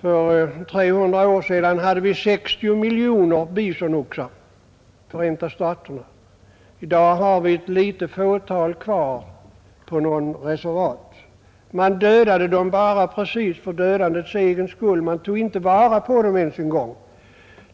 För 300 år sedan fanns det 60 miljoner bisonoxar i Förenta 24 mars 1971 staterna. I dag har man ett litet fåtal kvar på något reservat. Man har dödat dem bara för dödandets egen skull. Man tog ofta inte ens vara på köttet.